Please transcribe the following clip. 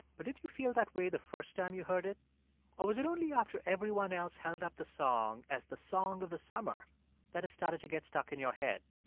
but did you feel that way the first time you heard it, or was it only after everyone else held up the song as the song of the summer that it started to get stuck in your head?